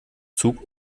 zug